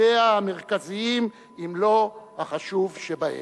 מתפקידיה המרכזיים, אם לא החשוב שבהם.